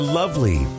lovely